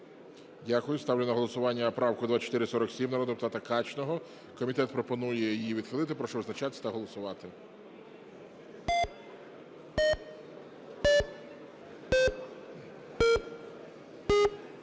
Дякую. Ставлю на голосування правку 2447, народного депутата Качного. Комітет пропонує її відхилити. Прошу визначатись та голосувати.